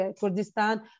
Kurdistan